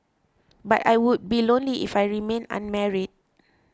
but I would be lonely if I remained unmarried